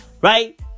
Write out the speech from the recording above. Right